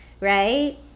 right